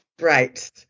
Right